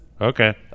Okay